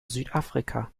südafrika